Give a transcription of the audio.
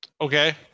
Okay